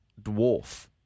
dwarf